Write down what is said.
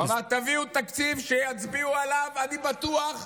הוא אמר: תביאו תקציב שיצביעו עליו, אני בטוח,